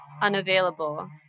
unavailable